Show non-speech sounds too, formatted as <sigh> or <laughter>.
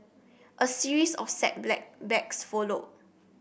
a series of setbacks <unintelligible> followed